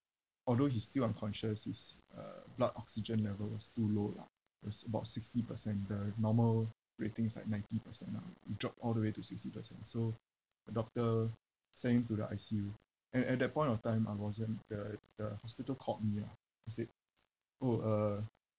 although he still unconscious his uh blood oxygen level is too low lah it was about sixty percent the normal rating is like ninety percent ah it dropped all the way to sixty percent so the doctor sent him to the I_C_U and and at that point of time I wasn't the the hospital called me ah they said orh uh